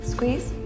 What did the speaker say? Squeeze